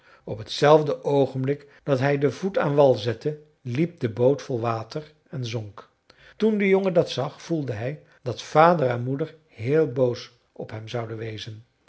op t zelfde oogenblik dat hij den voet aan wal zette liep de boot vol water en zonk toen de jongen dat zag voelde hij dat vader en moeder heel boos op hem zouden wezen